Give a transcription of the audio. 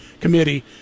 committee